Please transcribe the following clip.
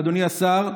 אדוני השר,